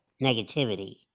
negativity